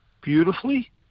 beautifully